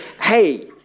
hey